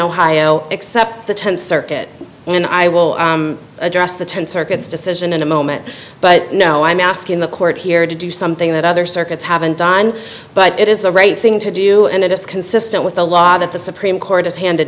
ohio except the tenth circuit and i will address the tenth circuit's decision in a moment but now i'm asking the court here to do something that other circuits haven't done but it is the right thing to do and it is consistent with the law that the supreme court has handed